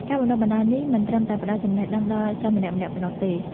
ការបណ្ដុះបណ្ដាលនេះមិនត្រឹមតែផ្ដល់ចំណេះដឹងដល់សិស្សម្នាក់ៗប៉ុណ្ណោះទេ។